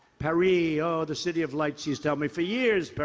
paris, oh, the city of lights. he's told me for years, but